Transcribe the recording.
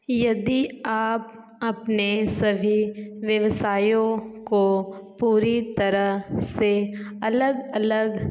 यदि आप अपने सभी व्यवसायों को पूरी तरह से अलग अलग